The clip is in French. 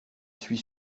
suis